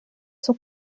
son